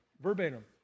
verbatim